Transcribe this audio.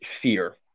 fear